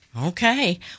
Okay